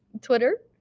Twitter